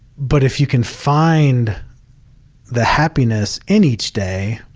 but if you can find the happiness in each day,